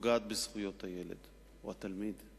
פוגעת בזכויות הילד או התלמיד.